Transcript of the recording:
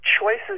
choices